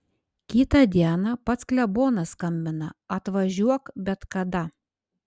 kitą dieną pats klebonas skambina atvažiuok bet kada